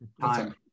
Time